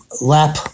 lap